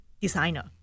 designer